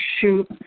shoot